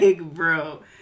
bro